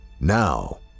Now